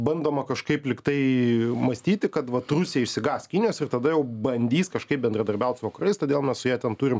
bandoma kažkaip lyg tai mąstyti kad vat rusija išsigąs kinijos ir tada jau bandys kažkaip bendradarbiaut su vakarais todėl mes su ja ten turim